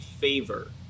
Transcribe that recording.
favor